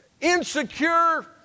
insecure